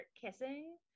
kissing